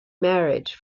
marriage